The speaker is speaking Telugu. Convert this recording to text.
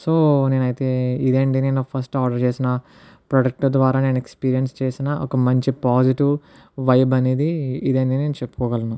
సో నేనైతే ఇదే అండి నేను ఫస్ట్ ఆర్డర్ చేసిన ప్రోడక్ట్ ద్వారా నేను ఎక్స్పీరియన్స్ చేసిన ఒక మంచి పాజిటివ్ వైబ్ అనేది ఇదేనని నేను చెప్పుకోగలను